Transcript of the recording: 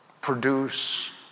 produce